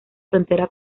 frontera